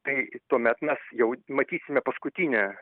tai tuomet mes jau matysime paskutinę